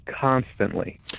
constantly